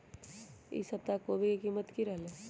ई सप्ताह कोवी के कीमत की रहलै?